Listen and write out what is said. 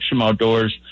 Outdoors